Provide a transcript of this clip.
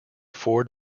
ford